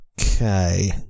okay